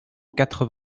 quatre